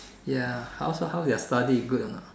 ya how so how's your studies good or not